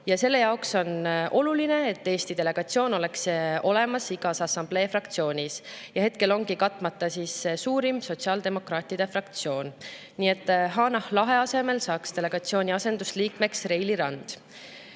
Indrek Saar. Oluline on, et Eesti [esindus] oleks olemas igas assamblee fraktsioonis, ja hetkel ongi katmata suurim, sotsiaaldemokraatide fraktsioon. Nii et Hanah Lahe asemel saaks delegatsiooni asendusliikmeks Reili Rand.